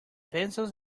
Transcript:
pencils